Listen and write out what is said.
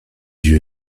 tür